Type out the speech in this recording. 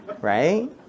right